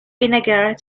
vinegar